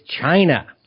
China